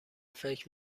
فکر